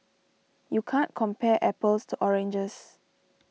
you can't compare apples to oranges